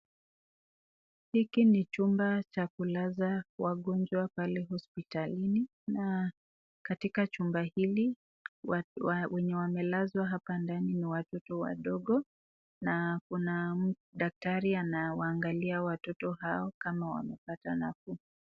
Hiki ni chumba cha kulaza wagonjwa pale hospitalini, na katika chumba hili, wenye wamelazwa hapa ndani ni watoto wadogo, na daktari anawaangalia watoto hao kama wamepata nafuu.